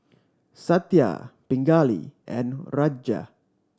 Satya Pingali and Raja